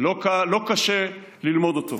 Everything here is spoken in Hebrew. שלא קשה ללמוד אותו,